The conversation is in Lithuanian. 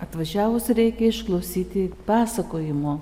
atvažiavus reikia išklausyti pasakojimo